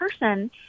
person